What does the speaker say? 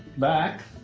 back,